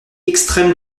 extrême